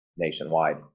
nationwide